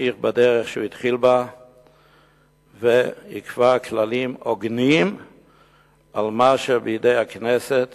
ימשיך בדרך שהוא התחיל בה ויקבע כללים הוגנים על מה שבידי הכנסת